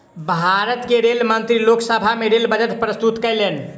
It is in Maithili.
भारत के रेल मंत्री लोक सभा में रेल बजट प्रस्तुत कयलैन